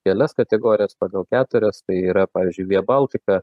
kelias kategorijas pagal keturias tai yra pavyzdžiui via baltica